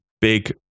big